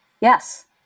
Yes